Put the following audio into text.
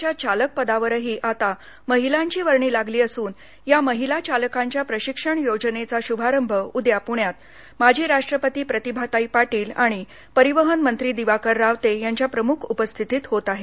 च्या चालक पदावरही आता महिलांची वर्णी लागली असून या महिला चालकांच्या प्रशिक्षण योजनेचा शभारंभ उद्या प्ण्यात माजी राष्ट्रपती प्रतिभाताई पाटील आणि परिवहन मंत्री दिवाकर रावते यांच्या प्रमुख उपस्थितीत होत आहे